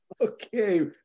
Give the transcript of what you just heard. Okay